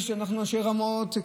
אנשי רמות,